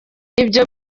ibyo